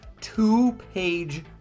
two-page